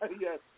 yes